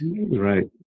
Right